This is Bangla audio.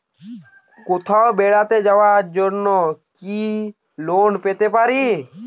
কোথাও বেড়াতে যাওয়ার জন্য কি লোন পেতে পারি?